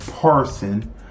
parson